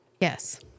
yes